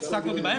הפסקת אותי באמצע.